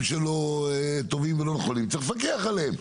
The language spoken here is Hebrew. לא טובים ולא נכונים וצריך לפקח עליהן.